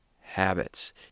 habits